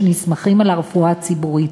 שנסמכים על הרפואה הציבורית,